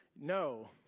no